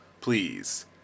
please